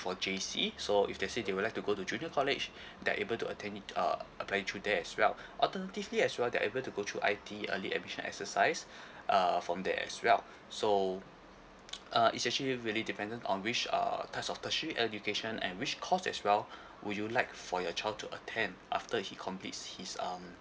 for J_C so if let say they would like to go to junior college they're able to attend it uh applying through there as well alternatively as well they're able to go to I_T_E early admission exercise err from there as well so uh is actually really dependent on which err test of tertiary education and which course as well would you like for your child to attend after he completes his um